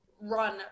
run